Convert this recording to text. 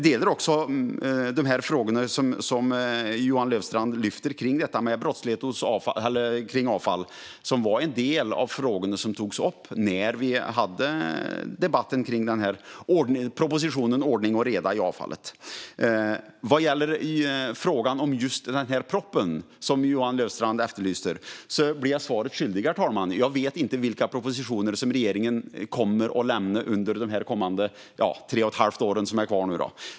Jag instämmer i de frågor som Johan Löfstrand har lyft fram om brottslighet och avfall. Det var en del av de frågor som togs upp när propositionen Ordning och reda på avfallet debatterades. Vad gäller frågan om just den proposition som Johan Löfstrand efterlyser blir jag svaret skyldig. Jag vet inte vilka propositioner som regeringen kommer att lämna under de kvarvarande tre och ett halvt åren.